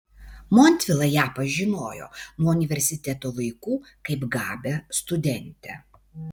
montvila ją pažinojo nuo universiteto laikų kaip gabią studentę